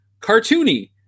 cartoony